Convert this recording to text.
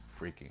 freaking